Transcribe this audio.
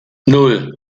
nan